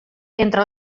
entre